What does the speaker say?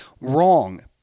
Wrong